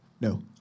No